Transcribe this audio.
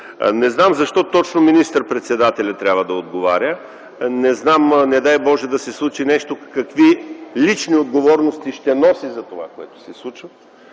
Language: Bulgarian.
Не знам защо точно министър-председателят трябва да отговаря. Не дай, Боже, да се случи нещо, какви лични отговорности ще носи за това? Още нещо.